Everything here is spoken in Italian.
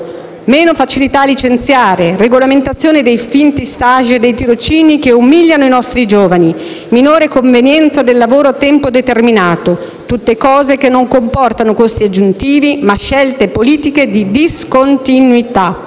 meno facilità a licenziare, regolamentazione dei finti *stage* e dei tirocini che umiliano i nostri giovani, minore convenienza del lavoro a tempo determinato. Tutte cose che non comportano costi aggiuntivi, ma scelte politiche di discontinuità.